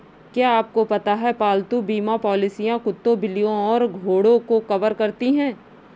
क्या आपको पता है पालतू बीमा पॉलिसियां कुत्तों, बिल्लियों और घोड़ों को कवर करती हैं?